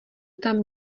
tam